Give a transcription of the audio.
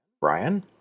Brian